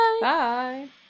Bye